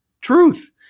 Truth